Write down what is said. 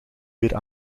weer